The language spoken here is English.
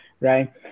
right